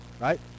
right